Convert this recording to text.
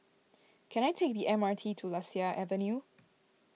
can I take the M R T to Lasia Avenue